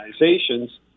organizations